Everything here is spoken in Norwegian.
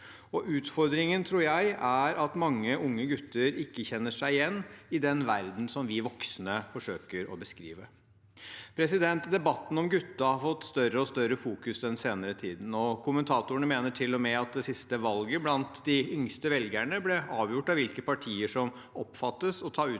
dag. Utfordringen, tror jeg, er at mange unge gutter ikke kjenner seg igjen i den verdenen som vi voksne forsøker å beskrive. Debatten om guttene har i større og større grad kommet i fokus den senere tiden. Kommentatorene mener til og med at det siste valget blant de yngste velgerne ble avgjort av hvilke partier som oppfattes å ta guttenes utfordringer